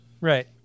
right